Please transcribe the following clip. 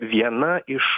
viena iš